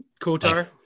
Kotar